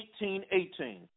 1818